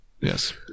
Yes